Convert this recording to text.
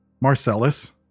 Marcellus